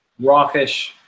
rockish